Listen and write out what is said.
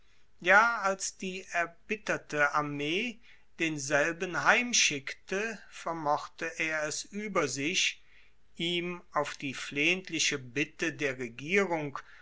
ja als die erbitterte armee denselben heimschickte vermochte er es ueber sich ihm auf die flehentliche bitte der regierung